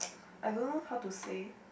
I don't know how to say